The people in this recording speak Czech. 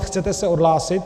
Chcete se odhlásit?